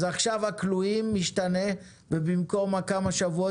אז עכשיו מצב הכלואים משתנה ובמקום כמה שבועות